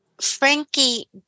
Frankie